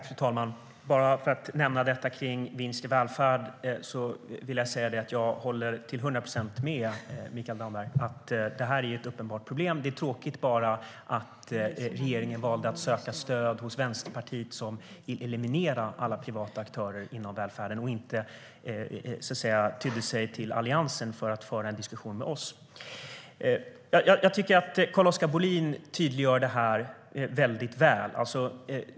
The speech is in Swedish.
Fru talman! Låt mig ta upp frågan om vinster i välfärden. Jag håller till hundra procent med Mikael Damberg om att det är ett uppenbart problem. Men det är tråkigt att regeringen valde att söka stöd hos Vänsterpartiet, som vill eliminera alla privata aktörer inom välfärden, och inte tydde sig till Alliansen för att föra en diskussion med oss. Carl-Oskar Bohlin tydliggör problemet väl.